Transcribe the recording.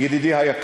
גומר, הולך